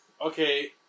Okay